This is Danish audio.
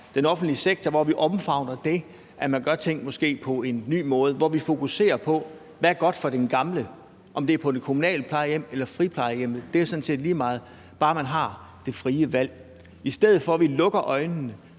den offentlige sektor; hvor vi omfavner det, at man måske gør ting på en ny måde; hvor vi fokuserer på, hvad der er godt for de gamle – om det er på det kommunale plejehjem eller friplejehjemmet, er jo sådan set lige meget, bare man har det frie valg – altså at vi i stedet for at lukke øjnene